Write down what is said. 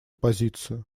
позицию